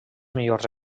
millors